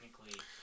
technically